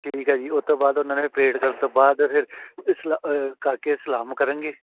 ਠੀਕ ਆ ਜੀ ਉਸ ਤੋਂ ਬਾਅਦ ਉਹਨਾਂ ਨੇ ਪਰੇਡ ਕਰਨ ਤੋਂ ਬਾਅਦ ਫਿਰ ਸਲਾ ਕਰਕੇ ਸਲਾਮ ਕਰਨਗੇ